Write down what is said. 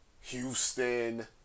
Houston